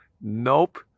Nope